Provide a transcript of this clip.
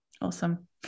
Awesome